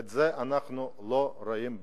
את זה אנחנו לא רואים בכלל.